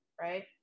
right